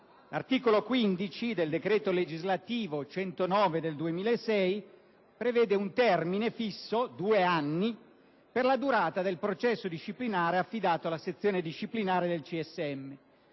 L'articolo 15 del decreto legislativo n. 109 del 2006 prevede un termine fisso di due anni per la durata del processo disciplinare affidato alla sezione disciplinare del CSM